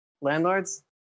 Landlords